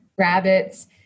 rabbits